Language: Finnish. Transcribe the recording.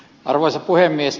arvoisa puhemies